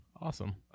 awesome